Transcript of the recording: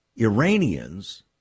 Iranians